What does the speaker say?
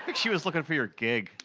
but she was looking for your gig.